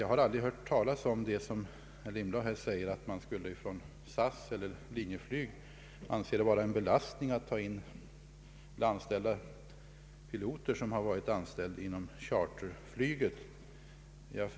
Jag har aldrig hört talas om det som herr Lindblad säger, nämligen att man från SAS” och Linjeflygs sida anser det vara en belastning att ha varit anställd inom charterflyget.